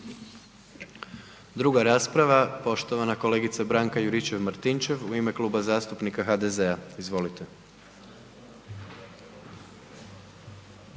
Druga rasprava, poštovana kolegica Branka Juričev-Martinčev u ime Kluba zastupnika HDZ-a, izvolite.